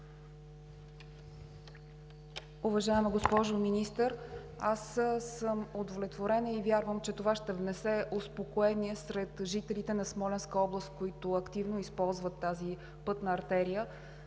Уважаема госпожо Министър, удовлетворена съм и вярвам, че това ще внесе успокоение сред жителите на Смолянска област, които активно използват тази пътна артерия,